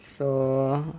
so